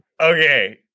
Okay